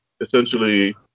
essentially